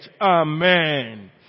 Amen